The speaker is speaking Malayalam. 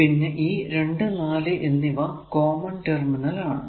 പിന്നെ ഈ 2 4 എന്നിവ കോമൺ ടെർമിനൽ ആണ്